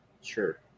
Sure